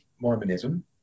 Mormonism